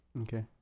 Okay